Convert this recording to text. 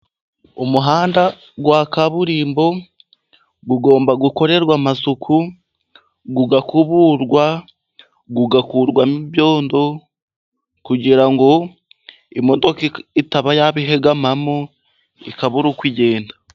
Umuhanda wa kaburimbo ugomba gukorerwa amasuku, ugakuburwa, ugakurwamo ibyondo kugira ngo imodoka itaba yaba ihegamamo, ikabura uko igenda.